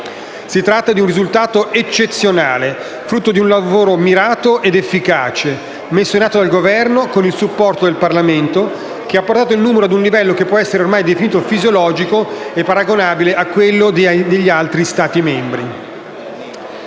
Si tratta di un risultato eccezionale, frutto di un lavoro mirato ed efficace, messo in atto dal Governo, con il supporto del Parlamento, che ha portato il numero ad un livello che può essere definito fisiologico, paragonabile a quello degli altri Stati membri.